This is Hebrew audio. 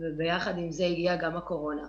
וביחד עם זה הגיע גם וירוס הקורונה.